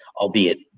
albeit